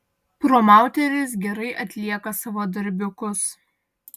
promauteris gerai atlieka savo darbiukus